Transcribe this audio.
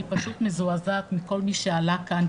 אני מזועזעת מכל מי שעלה כאן,